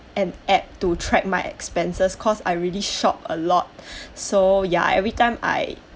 an app to track my expenses cause I really shop a lot so ya every time I